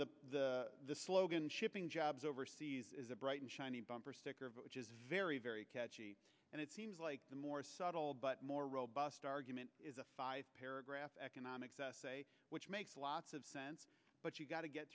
know the slogan shipping jobs overseas is a bright and shiny bumper sticker which is very very catchy and it seems like a more subtle but more robust argument is a five paragraph economics essay which makes lots of sense but you've got to get